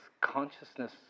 consciousness